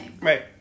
right